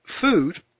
food